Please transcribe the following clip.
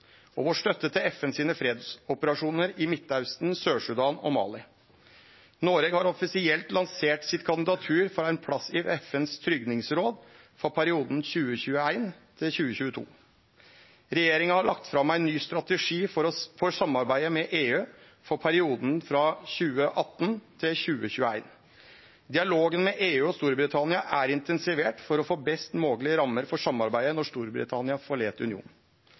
og vår støtte til FNs fredsoperasjonar i Midtausten, Sør-Sudan og Mali. Noreg har offisielt lansert sitt kandidatur for ein plass i FNs tryggingsråd for perioden 2021–2022. Regjeringa har lagt fram ein ny strategi for samarbeidet med EU for perioden frå 2018 til 2021. Dialogen med EU og Storbritannia er intensivert for å få best moglege rammer for samarbeidet når Storbritannia forlèt unionen. Statsministeren har leidd FNs pådrivargruppe for